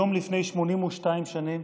היום לפני 82 שנים